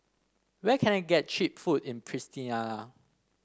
where can I get cheap food in Pristina